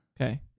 Okay